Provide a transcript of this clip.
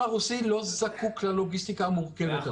הרוסי לא זקוק ללוגיסטיקה המורכבת הזאת.